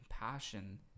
compassion